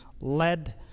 led